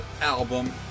album